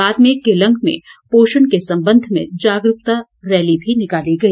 बाद में केलंग में पोषण के संबंध में जागरूकता रैली भी निकाली गई